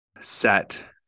set